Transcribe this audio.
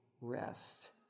rest